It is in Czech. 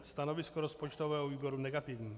Stanovisko rozpočtového výboru negativní.